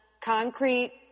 concrete